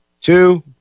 two